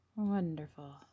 wonderful